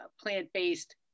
plant-based